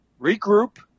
Regroup